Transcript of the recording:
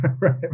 right